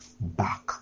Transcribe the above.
back